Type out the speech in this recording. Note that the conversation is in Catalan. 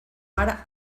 mar